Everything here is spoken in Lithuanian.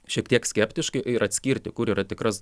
šiek tiek skeptiškai ir atskirti kur yra tikras